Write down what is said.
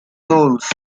goals